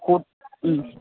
ഉം